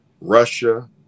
russia